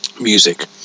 music